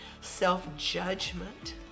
self-judgment